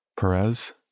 Perez